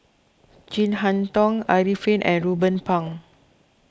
Chin Harn Tong Arifin and Ruben Pang